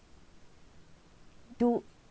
do